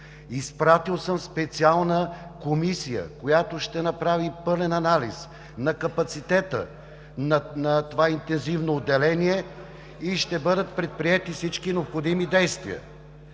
Изпратил съм специална комисия, която ще направи пълен анализ на капацитета на това интензивно отделение и ще бъдат предприети всички необходими действия.